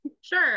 Sure